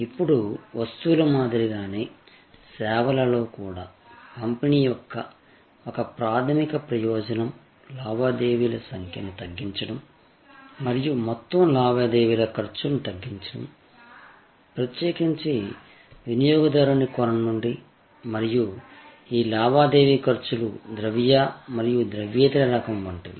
ఇప్పుడు వస్తువుల మాదిరిగానే సేవలలో కూడా పంపిణీ యొక్క ఒక ప్రాథమిక ప్రయోజనం లావాదేవీల సంఖ్యను తగ్గించడం మరియు మొత్తం లావాదేవీల ఖర్చును తగ్గించడం ప్రత్యేకించి వినియోగదారుని కోణం నుండి మరియు ఈ లావాదేవీ ఖర్చులు ద్రవ్య మరియు ద్రవ్యేతర రకం వంటివి